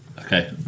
okay